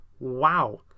Wow